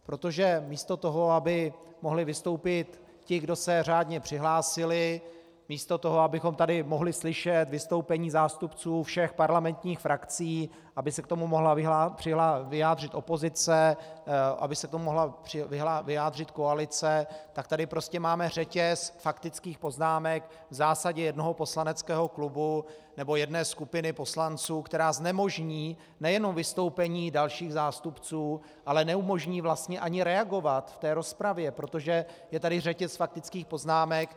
Protože místo toho, aby mohli vystoupit ti, kdo se řádně přihlásili, místo toho, abychom tady mohli slyšet vystoupení zástupců všech parlamentních frakcí, aby se k tomu mohla vyjádřit opozice, aby se k tomu mohla vyjádřit koalice, tak tady prostě máme řetěz faktických poznámek v zásadě jednoho poslaneckého klubu nebo jedné skupiny poslanců, která znemožní nejenom vystoupení dalších zástupců, ale neumožní vlastně ani reagovat v té rozpravě, protože je tady řetěz faktických poznámek.